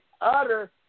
utter